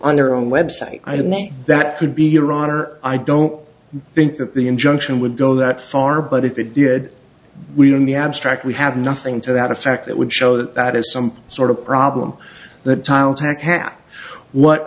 on their own website i don't think that could be your honor i don't think that the injunction would go that far but if it did we'd in the abstract we have nothing to that effect that would show that that is some sort of problem that